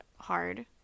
hard